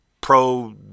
Pro